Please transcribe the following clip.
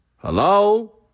Hello